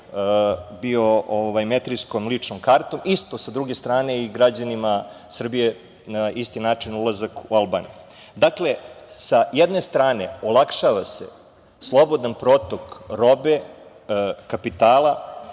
biometrijske lične karte. Isto sa druge strane i građanima Srbije na isti način ulazak u Albaniju. Dakle, sa jedne strane olakšava se slobodan protok robe, kapitala,